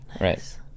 right